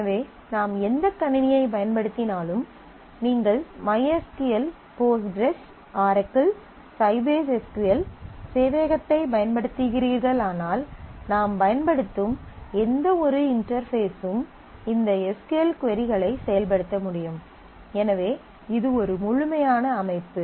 எனவே நாம் எந்த கணினியைப் பயன்படுத்தினாலும் நீங்கள் MySQL Postgres Oracle Sybase S Q L சேவையகத்தைப் பயன்படுத்துகிறீர்களானால் நாம் பயன்படுத்தும் எந்தவொரு இன்டெர்பேஸும் இந்த எஸ் க்யூ எல் கொரிகளைச் செயல்படுத்த முடியும் எனவே இது ஒரு முழுமையான அமைப்பு